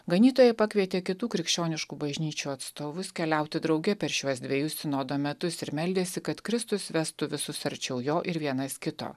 ganytojai pakvietė kitų krikščioniškų bažnyčių atstovus keliauti drauge per šiuos dvejus sinodo metus ir meldėsi kad kristus vestų visus arčiau jo ir vienas kito